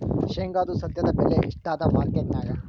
ಶೇಂಗಾದು ಸದ್ಯದಬೆಲೆ ಎಷ್ಟಾದಾ ಮಾರಕೆಟನ್ಯಾಗ?